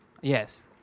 Yes